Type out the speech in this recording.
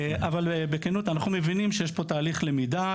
אבל בכנות אנחנו מבינים שיש פה תהליך למידה,